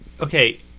okay